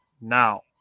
Now